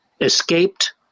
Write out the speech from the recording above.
escaped